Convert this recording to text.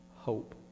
hope